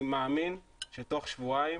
אני מאמין שתוך שבועיים,